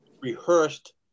rehearsed